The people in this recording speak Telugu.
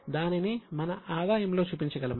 దానిని మన ఆదాయంలో చూపించగలమా